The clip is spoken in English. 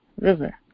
river